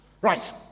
Right